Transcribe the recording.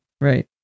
Right